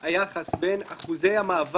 את היחס בין אחוזי המעבר